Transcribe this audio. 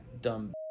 dumb